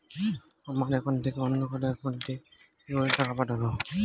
আমার একাউন্ট থেকে অন্য কারো একাউন্ট এ কি করে টাকা পাঠাবো?